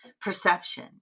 perception